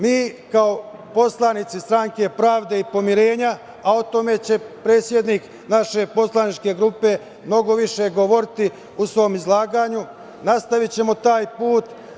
Mi kao poslanici Stranke pravde i pomirenja, a o tome će predsednik naše poslaničke grupe mnogo više govoriti u svom izlaganju, nastavićemo taj put.